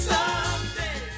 Someday